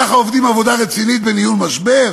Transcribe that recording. ככה עובדים עבודה רצינית בניהול משבר?